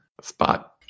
spot